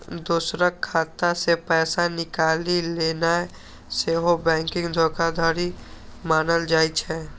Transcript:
दोसरक खाता सं पैसा निकालि लेनाय सेहो बैंकिंग धोखाधड़ी मानल जाइ छै